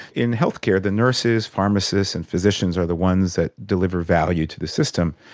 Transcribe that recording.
in healthcare the nurses, pharmacists and physicians are the ones that deliver value to the system.